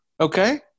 Okay